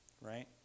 right